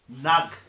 nug